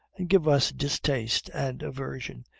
and give us distaste and aversion,